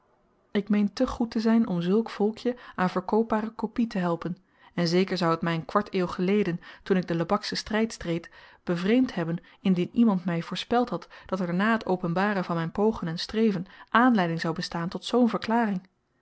ik meen te goed te zyn om zulk volkjen aan verkoopbare kopie te helpen en zeker zou t my n kwart-eeuw geleden toen ik den lebakschen stryd streed bevreemd hebben indien iemand my voorspeld had dat er nà t openbaren van m'n pogen en streven aanleiding zou bestaan tot zoo'n verklaring